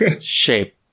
Shape